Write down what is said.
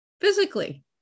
physically